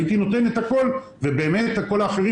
הייתי נותן את הכול ובאמת כל האחרים